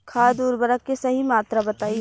खाद उर्वरक के सही मात्रा बताई?